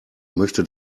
möchte